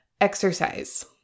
Exercise